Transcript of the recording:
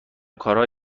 کارهای